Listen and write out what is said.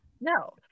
No